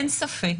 אין ספק